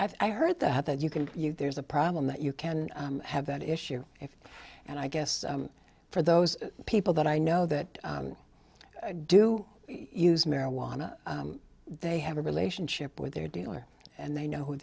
i've heard that that you can you there's a problem that you can have that issue and i guess for those people that i know that do use marijuana they have a relationship with their dealer and they know who